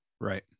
right